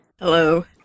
Hello